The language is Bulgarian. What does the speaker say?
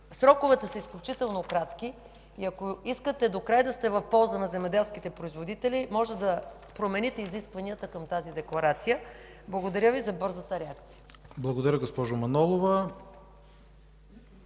Сроковете са изключително кратки и ако искате до край да сте в полза на земеделските производители може да промените изискванията към тази декларация. Благодаря Ви за бързата реакция. ПРЕДСЕДАТЕЛ ИВАН К.